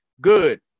Good